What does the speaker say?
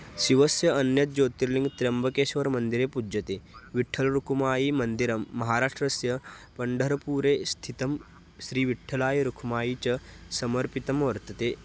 शिवस्य अन्यं ज्योतिर्लिङ्गं त्र्यम्बकेश्वरमन्दिरे पूज्यते विठ्ठलरखुमायीमन्दिरं महाराष्ट्रस्य पण्ढरपुरे स्थितं श्रीविठ्ठलरखुमायीं च समर्पितं वर्तते